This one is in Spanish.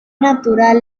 natural